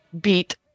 beat